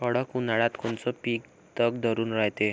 कडक उन्हाळ्यात कोनचं पिकं तग धरून रायते?